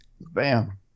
Bam